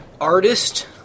artist